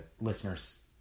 listener's